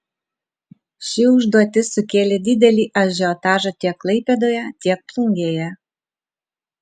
ši užduotis sukėlė didelį ažiotažą tiek klaipėdoje tiek plungėje